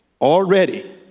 already